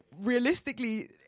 realistically